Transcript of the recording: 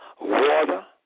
water